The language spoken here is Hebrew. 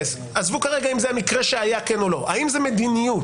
ועזבו כרגע האם זה מקרה שהיה או לא זאת מדיניות?